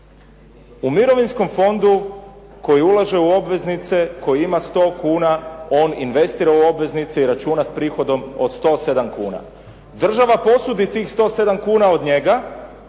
U Mirovinskom fondu koji ulaže u obveznice koji ima sto kuna on investira u obveznice i računa s prihodom od 107 kuna. Država posudi tih 107 kuna od njega